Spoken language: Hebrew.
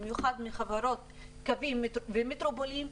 במיוחד מחברות קווים ומטרופולין,